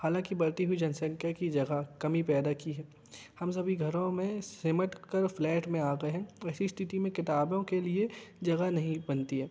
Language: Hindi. हालाँकि बढ़ती हुई जनसंख्या की जगह कमी पैदा की है हम सभी घरों में सिमट कर फ्लैट में आ गए हैं ऐसी स्थिति में किताबों के लिए जगह नहीं बनती है